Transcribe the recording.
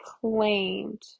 claimed